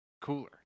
cooler